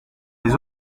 les